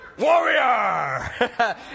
Warrior